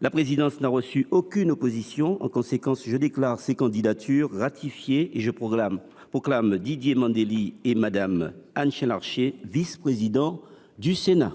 La présidence n’a reçu aucune opposition. En conséquence, je déclare ces candidatures ratifiées et je proclame M. Didier Mandelli et Mme Anne Chain Larché vice présidents du Sénat.